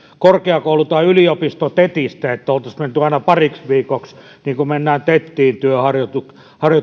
korkeakoulu tai yliopisto tetistä että oltaisiin menty aina pariksi viikoksi niin kuin mennään tetiin työharjoitteluun